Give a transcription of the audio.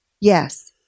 Yes